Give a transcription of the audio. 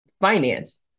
finance